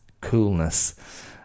coolness